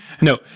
No